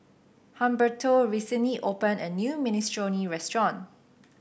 Humberto recently opened a new Minestrone restaurant